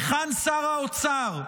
היכן שר האוצר,